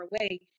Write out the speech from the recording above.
away